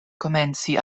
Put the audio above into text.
komenci